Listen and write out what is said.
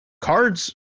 cards